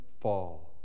fall